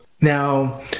Now